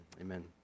Amen